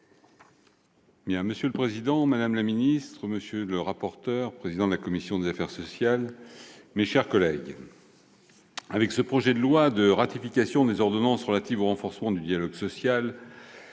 Monsieur le président, madame la ministre, monsieur le président-rapporteur de la commission des affaires sociales, mes chers collègues, avec l'examen de ce projet de loi de ratification des ordonnances relatives au renforcement du dialogue social,